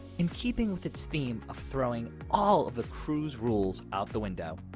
in keeping with its theme of throwing all of the cruise rules out the window,